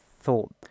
thought